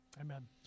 Amen